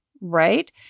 right